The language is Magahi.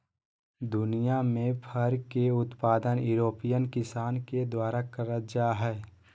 दुनियां में फर के उत्पादन यूरोपियन किसान के द्वारा करल जा हई